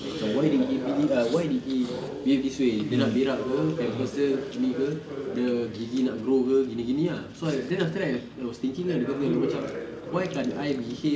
like macam why did he why did he behave this way dia nak berak ke pampers dia ini ke dia gigi nak grow ke gini gini ah that's why then after that that was thinking ah dia kata dia macam why can't I behave